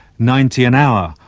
ninety an hour,